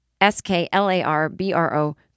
S-K-L-A-R-B-R-O